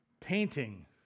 painting